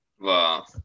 Wow